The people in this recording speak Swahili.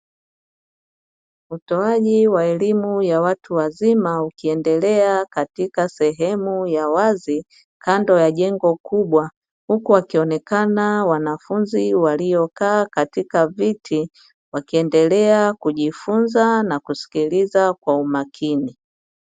Utoaji wa elimu ya watu wazima ukiendelea katika sehemu ya wazi kando ya jengo kubwa, huku wakionekana wanafunzi waliokaa katika viti wakiendelea kujifunza na kusikiliza kwa umakini.